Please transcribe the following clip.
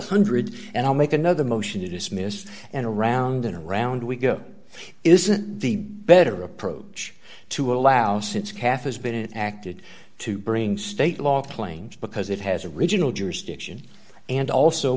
hundred and i'll make another motion to dismiss and around and around we go isn't the better approach to allow since cafe has been acted to bring state law claims because it has a regional jurisdiction and also